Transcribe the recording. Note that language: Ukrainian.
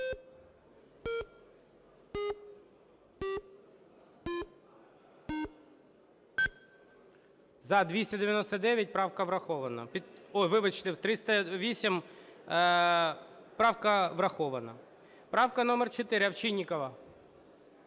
За-308 Правка врахована. Вибачте, 308. Правка врахована. Правка номер 4, Овчинникова.